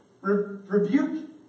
rebuke